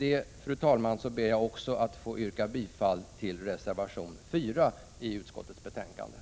Med detta ber jag att få yrka bifall till reservation 4 i utskottsbetänkandet.